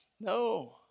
No